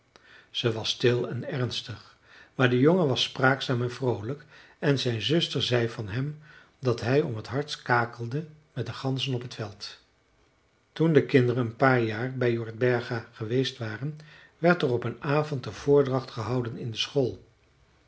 ze was stil en ernstig maar de jongen was spraakzaam en vroolijk en zijn zuster zei van hem dat hij om t hardst kakelde met de ganzen op t veld toen de kinderen een paar jaar bij jordberga geweest waren werd er op een avond een voordracht gehouden in de school